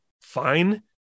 fine